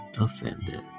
offended